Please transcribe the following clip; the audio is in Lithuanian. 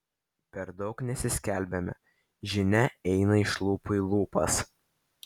per daug nesiskelbiame žinia eina iš lūpų į lūpas